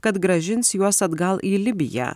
kad grąžins juos atgal į libiją